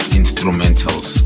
instrumentals